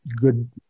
good